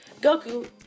goku